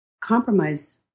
compromise